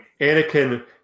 Anakin